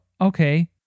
Okay